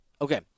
Okay